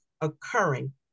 occurring